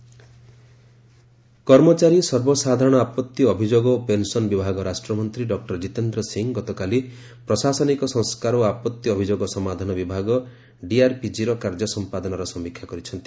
work from home କର୍ମଚାରୀ ସର୍ବସାଧାରଣ ଆପତ୍ତି ଅଭିଯୋଗ ଓ ପେନ୍ସନ୍ ବିଭାଗ ରାଷ୍ଟ୍ରମନ୍ତ୍ରୀ ଡକ୍ଟର ଜିତେନ୍ଦ୍ର ସିଂ ଗତକାଲି ପ୍ରଶାସନିକ ସଂସ୍କାର ଓ ଆପତ୍ତି ଅଭିଯୋଗ ସମାଧାନ ବିଭାଗ ଡିଏଆର୍ପିକିର କାର୍ଯ୍ୟ ସମ୍ପାଦନାର ସମୀକ୍ଷା କରିଛନ୍ତି